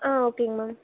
ஆ ஓகேங்க மேம்